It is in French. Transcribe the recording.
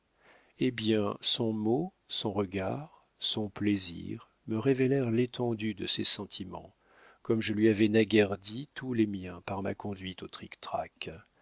hé bien son mot son regard son plaisir me révélèrent l'étendue de ses sentiments comme je lui avais naguère dit tous les miens par ma conduite au trictrac